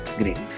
great